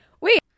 Wait